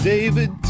David